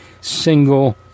single